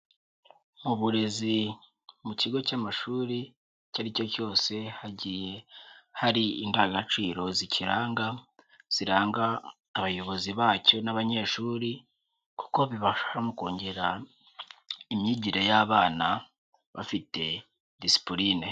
Uburezi mu kigo cy'amashuri icyo ari cyo cyose hagiye hari indangagaciro zikiranga, ziranga abayobozi bacyo n'abanyeshuri kuko bibafashasha mu kongera imyigire y'abana bafite disipurine.